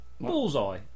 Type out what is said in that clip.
Bullseye